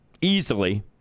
easily